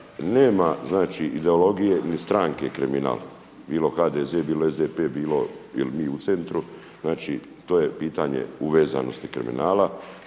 znači ideologije ili stranke kriminal bilo HDZ, bilo SDP, bilo ili mi u centru. Znači to je pitanje uvezanosti kriminala,